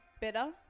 better